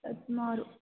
ಹತ್ತು ಮಾರು